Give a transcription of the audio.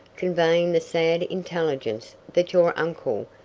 conveying the sad intelligence that your uncle,